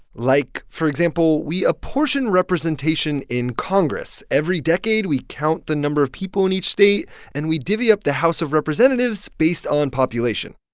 like, for example, we apportion representation in congress. every decade, we count the number of people in each state and we divvy up the house of representatives based on population.